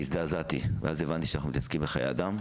והזדעזעתי, ואז הבנתי שאנחנו מתעסקים בחיי אדם.